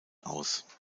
aus